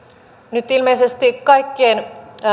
nyt ilmeisesti hallituksessa kaikkien